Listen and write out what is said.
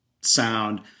sound